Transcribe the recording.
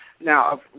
Now